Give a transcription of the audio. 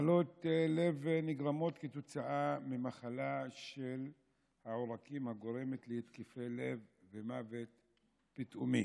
מחלות לב נגרמות ממחלה של העורקים הגורמת להתקפי לב ומוות פתאומי.